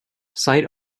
site